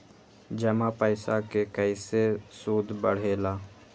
जमा पईसा के कइसे सूद बढे ला?